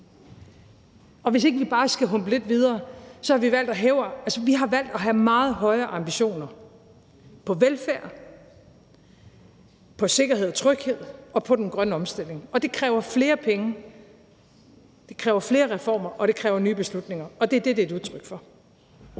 som ikke synes, at det er godt nok. Vi har valgt at have meget høje ambitioner på velfærd, på sikkerhed og tryghed og på den grønne omstilling, og det kræver flere penge, det kræver flere reformer, og det kræver nye beslutninger. Og det er det, det er et udtryk for.